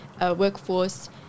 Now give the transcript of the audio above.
workforce